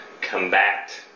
combat